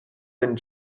than